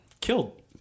killed